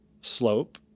slope